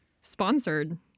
Sponsored